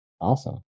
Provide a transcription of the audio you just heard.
Awesome